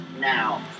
now